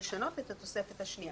לשנות את התוספת השנייה.".